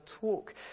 talk